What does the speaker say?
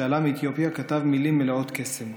שעלה מאתיופיה כתב מילים מלאות קסם: